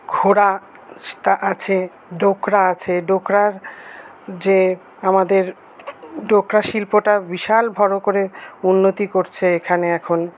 ঘোড়া আছে ডোকরা আছে ডোকরার যে আমাদের ডোকরা শিল্পটা বিশাল বড় করে উন্নতি করছে এখানে এখন